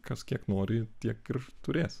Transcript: kas kiek nori tiek ir turės